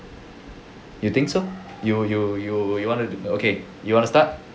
you think so you you you you want to okay you want to start